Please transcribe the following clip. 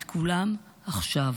את כולם עכשיו.